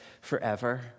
forever